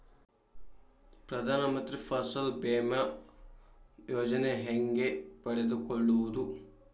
ಪ್ರಧಾನ ಮಂತ್ರಿ ಫಸಲ್ ಭೇಮಾ ಯೋಜನೆ ಹೆಂಗೆ ಪಡೆದುಕೊಳ್ಳುವುದು?